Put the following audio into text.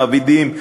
מעבידים,